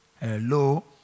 Hello